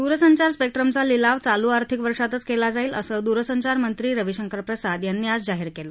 दूरसंचार स्पेक्ट्रमचा लिलाव चालू आर्थिक वर्षातच केला जाईल असं दूरसंचार मंत्री रवीशंकर प्रसाद यांनी आज जाहीर केलं